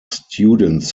students